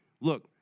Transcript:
look